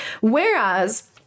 Whereas